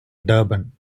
durban